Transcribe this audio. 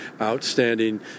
outstanding